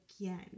again